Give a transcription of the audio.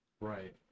right